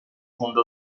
fondo